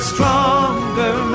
Stronger